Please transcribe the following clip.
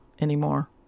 anymore